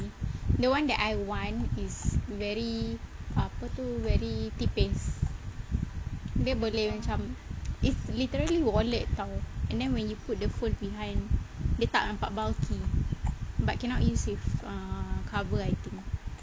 the one that I want is very apa tu very tipis dia boleh macam is literally wallet [tau] and then when you put the phone behind dia tak nampak bulky but cannot use with err cover I think